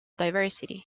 diversity